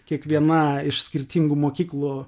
kiekviena iš skirtingų mokyklų